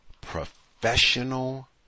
professional